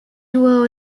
tour